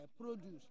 produce